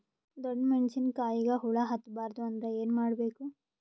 ಡೊಣ್ಣ ಮೆಣಸಿನ ಕಾಯಿಗ ಹುಳ ಹತ್ತ ಬಾರದು ಅಂದರ ಏನ ಮಾಡಬೇಕು?